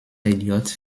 elliot